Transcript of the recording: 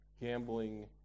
gambling